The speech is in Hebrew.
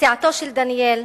פציעתו של דניאל